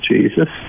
Jesus